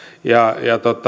ja